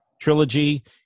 trilogy